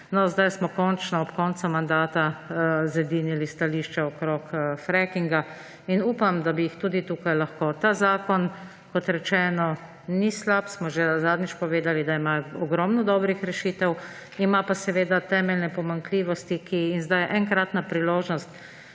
Zdaj smo končno ob koncu mandata zedinili stališča okrog frackinga in upam, da bi jih tudi tukaj lahko. Ta zakon, kot rečeno, ni slab. Že zadnjič smo povedali, da ima ogromno dobrih rešitev, ima pa seveda temeljne pomanjkljivosti. Zdaj je enkratna priložnost,